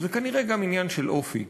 וזה כנראה גם עניין של אופי,